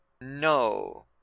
No